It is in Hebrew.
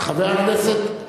חבר הכנסת,